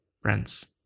friends